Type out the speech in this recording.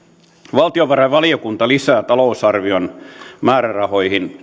valtiovarainvaliokunta lisää talousarvion määrärahoihin